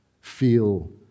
feel